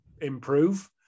improve